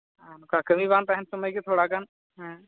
ᱚᱱᱠᱟ ᱠᱟᱹᱢᱤ ᱵᱟᱝ ᱛᱟᱦᱮᱱ ᱥᱚᱢᱚᱭ ᱜᱮ ᱛᱷᱚᱲᱟ ᱜᱟᱱ ᱦᱮᱸ